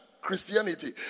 Christianity